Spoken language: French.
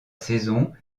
saison